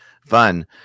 fun